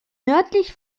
nördlich